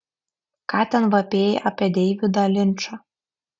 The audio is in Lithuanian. ką ten vapėjai apie deividą linčą